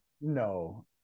No